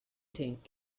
think